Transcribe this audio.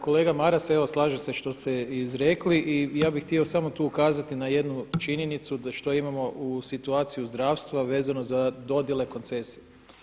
Kolega Maras, evo slažem se što ste izrekli i ja bi htio samo tu ukazati na jednu činjenicu da što imamo situaciju u zdravstvu vezano za dodjele koncesije.